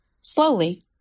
Slowly